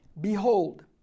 Behold